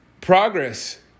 progress